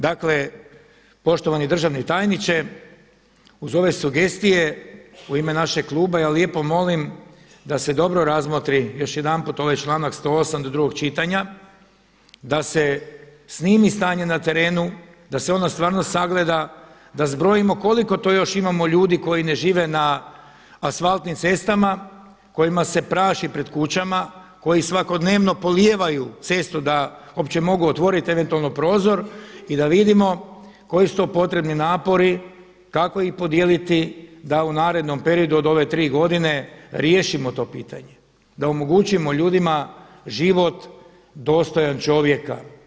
Dakle, poštovani državni tajniče uz ove sugestije u ime našeg kluba ja lijepo molim da se dobro razmotri još jedanput ovaj članak 108. do drugog čitanja, da se snimi stanje na terenu, da se ono stvarno sagleda, da zbrojimo koliko to još imamo ljudi koji ne žive na asfaltnim cestama, kojima se praši pred kućama, koji svakodnevno polijevaju cestu da uopće mogu otvorit eventualno prozor i da vidimo koji su to potrebni napori, kako ih podijeliti da u narednom periodu od ove tri godine riješimo to pitanje, da omogućimo ljudima život dostojan čovjeka.